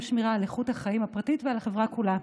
שמירה על איכות החיים הפרטית ועל החברה כולה.